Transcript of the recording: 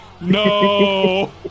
No